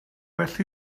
well